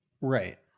Right